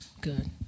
good